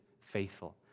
faithful